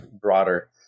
broader